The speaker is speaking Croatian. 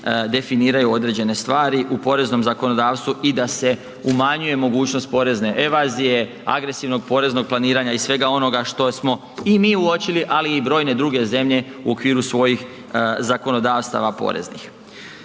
definiraju određene stvari u poreznom zakonodavstvu i da se umanjuje mogućnost porezna evazije, agresivnog poreznog planiranja i svega onoga što smo i mi uočili, ali i brojne druge zemlje u okviru svojih zakonodavstava poreznih.